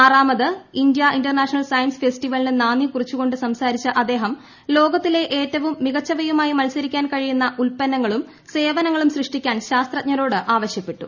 ആറാമത് India International Science ഫെസ്റ്റിവലിന് നാന്ദി കുറിച്ചുകൊണ്ട് സംസാരിച്ച അദ്ദേഹം ലോകത്തിലെ ഏറ്റവും മികച്ചവയുമായി മത്സരിക്കാൻ കഴിയുന്ന ഉത്പന്നങ്ങളും സേവനങ്ങളും സൃഷ്ടിക്കാൻ ശാസ്ത്രജ്ഞരോട് ആവശ്യപ്പെട്ടു